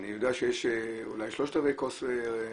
אני יודע שיש אולי שלושת רבעי כוס ריקה,